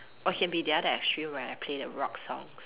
or it can be the other extreme where I play the rock songs